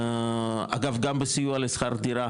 אגב גם בסיוע לשכר דירה